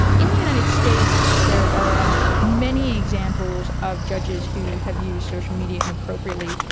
in the united states there are um many examples of judges who have used social media inappropriately.